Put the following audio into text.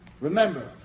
remember